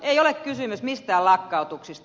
ei ole kysymys mistään lakkautuksista